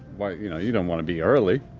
like you know you don't want to be early.